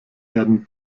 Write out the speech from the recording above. werden